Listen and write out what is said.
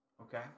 Okay